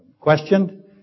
questioned